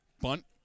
bunt